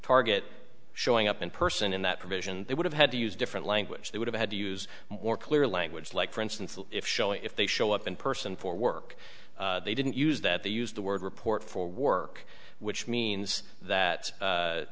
target showing up in person in that provision they would have had to use different language they would have had to use more clear language like for instance if showing if they show up in person for work they didn't use that they used the word report for work which means that